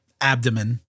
abdomen